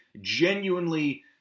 genuinely